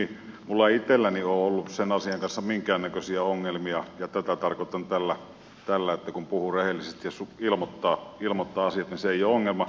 minulla ei itselläni ole ollut sen asian kanssa minkäännäköisiä ongelmia ja tätä tarkoitan tällä että kun puhuu rehellisesti ja ilmoittaa asiat niin se ei ole ongelma